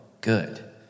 good